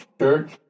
Church